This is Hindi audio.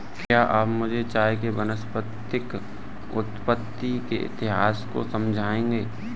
क्या आप मुझे चाय के वानस्पतिक उत्पत्ति के इतिहास को समझाएंगे?